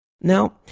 Now